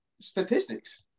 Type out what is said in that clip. statistics